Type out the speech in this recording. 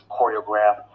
choreograph